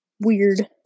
weird